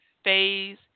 phase